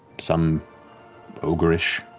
some ogre-ish,